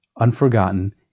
unforgotten